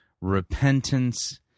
repentance